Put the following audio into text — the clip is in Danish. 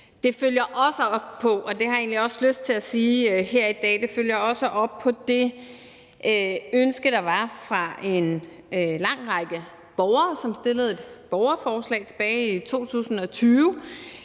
her i dag – på det ønske, der var fra en lang række borgere, som stillede et borgerforslag tilbage i 2020,